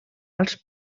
als